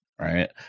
Right